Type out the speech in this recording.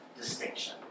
Distinction